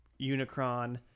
unicron